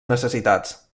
necessitats